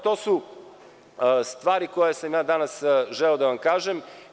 To su stvari koje sam danas želeo da vam kažem.